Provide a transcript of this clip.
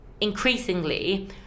increasingly